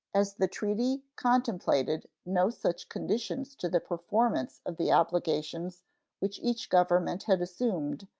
as the treaty contemplated no such conditions to the performance of the obligations which each government had assumed,